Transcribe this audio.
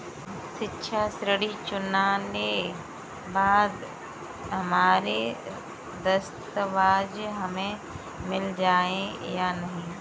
शिक्षा ऋण चुकाने के बाद हमारे दस्तावेज हमें मिल जाएंगे या नहीं?